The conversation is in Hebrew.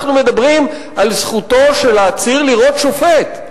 אנחנו מדברים על זכותו של העציר לראות שופט,